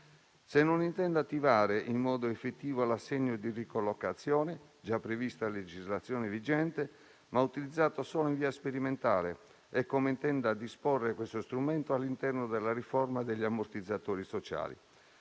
se non intenda attivare in modo effettivo l'assegno di ricollocazione, già previsto a legislazione vigente, ma utilizzato solo in via sperimentale, e come intenda disporre questo strumento all'interno della riforma degli ammortizzatori sociali;